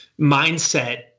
mindset